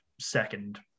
second